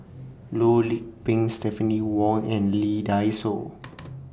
Loh Lik Peng Stephanie Wong and Lee Dai Soh